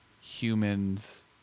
humans